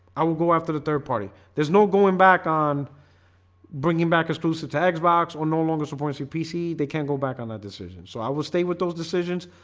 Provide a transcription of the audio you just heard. i will go after the third party. there's no going back on bringing back exclusive to and xbox or no longer supporting cpc. they can't go back on that decision so i will stay with those decisions,